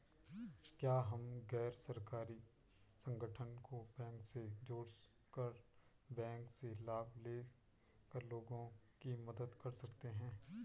क्या हम गैर सरकारी संगठन को बैंक से जोड़ कर बैंक से लाभ ले कर लोगों की मदद कर सकते हैं?